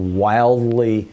wildly